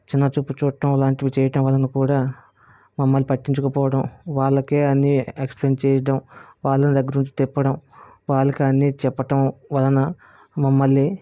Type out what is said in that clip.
చిన్నచూపు చూడటం లాంటివి చేయడం వలన కూడా మమ్మల్ని పట్టించుకోకపోవడం వాళ్ళకే అన్నీ ఎక్సప్లయిన్ చేయడం వాళ్ళని దగ్గరుండి తిప్పటం వాళ్ళకు అన్నీ చెప్పటం వలన మమ్మల్ని